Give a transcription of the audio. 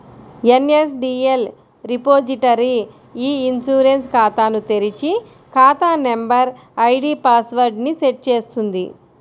NSDL repository e insurance ఖాతాను తెరిచి, ఖాతా నంబర్, ఐడీ పాస్ వర్డ్ ని సెట్ చేస్తుంది